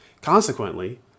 Consequently